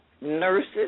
nurses